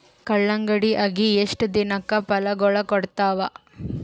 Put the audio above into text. ಕಲ್ಲಂಗಡಿ ಅಗಿ ಎಷ್ಟ ದಿನಕ ಫಲಾಗೋಳ ಕೊಡತಾವ?